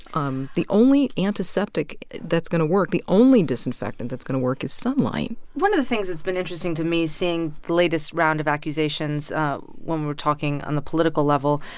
um the only antiseptic that's going to work the only disinfectant that's going to work is sunlight one of the things that's been interesting to me is seeing the latest round of accusations when we're talking on the political level,